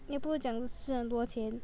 你不是讲省很多钱